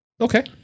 okay